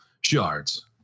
shards